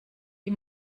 die